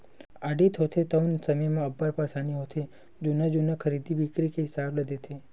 audit होथे तउन समे म अब्बड़ परसानी होथे जुन्ना जुन्ना खरीदी बिक्री के हिसाब ल देखथे